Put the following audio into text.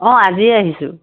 অঁ আজিয়ে আহিছোঁ